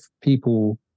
people